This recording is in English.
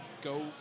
go